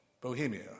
Bohemia